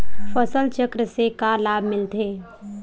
फसल चक्र से का लाभ मिलथे?